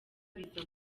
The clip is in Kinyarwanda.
biza